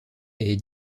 est